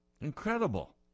Incredible